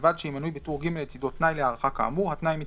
ובלבד שאם מנוי בטור ג' לצדו תנאי להארכה כאמור התנאי מתקיים,